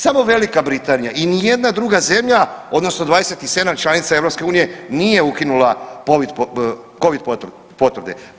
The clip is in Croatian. Samo Velika Britanija i nijedna druga zemlja odnosno 27 članica EU nije ukinula covid potvrde.